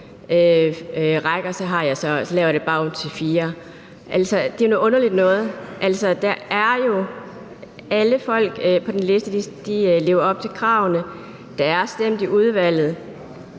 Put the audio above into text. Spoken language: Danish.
laver jeg det bare om til fire. Det er altså noget underligt noget. Alle folk på den liste lever op til kravene. Der er stemt i udvalget.